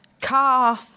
car